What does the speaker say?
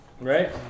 Right